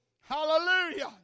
hallelujah